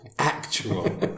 Actual